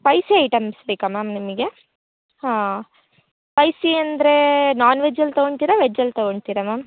spicy items ಬೇಕಾ ma'am ನಿಮಗೆ ಹಾಂ ಸ್ಪೈಸಿ ಅಂದರೆ ನಾನ್ ವೆಜ್ಜಲ್ಲಿ ತಗೊತಿರ ವೆಜ್ಜಲ್ಲಿ ತಗೊತಿರ ಮ್ಯಾಮ್